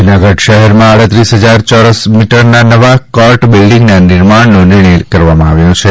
જૂનાગઢ શહેરમાં આડત્રીસ હજાર ચોરસ મીટરમાં નવા કોર્ટ બિલ્ડીંગના નિર્માણનો નિર્ણય કરવામાં આવ્યો છે